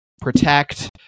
protect